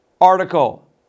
article